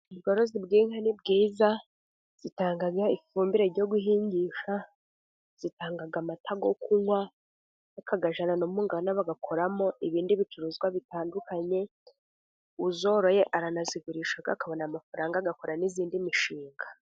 Ubworozi bw'inka ni bwiza zitanga ifumbire yo guhingisha, zitanga amata yo kunywa, bakayajyana no munganda bakoramo ibindi bicuruzwa bitandukanye, uzoroye aranazigurisha akabona amafaranga agakora n'iyindi mishinga.